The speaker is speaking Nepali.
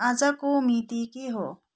आजको मिति के हो